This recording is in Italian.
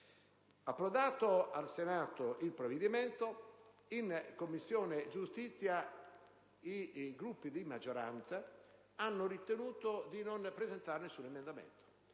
Approdato il provvedimento al Senato, in Commissione giustizia i Gruppi di maggioranza hanno ritenuto di non presentare alcun emendamento,